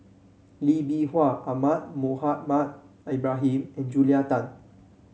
Lee Bee Wah Ahmad Mohamed Ibrahim and Julia Tan